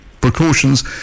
precautions